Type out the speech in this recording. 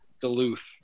Duluth